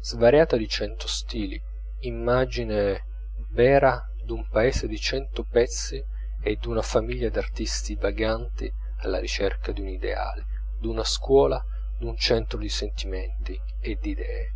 svariata di cento stili immagine vera d'un paese di cento pezzi e d'una famiglia d'artisti vaganti alla ricerca d'un ideale d'una scuola d'un centro di sentimenti e di idee